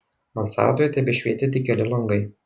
mansardoje tešvietė tik keli langai